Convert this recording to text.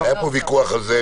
היה פה ויכוח על זה.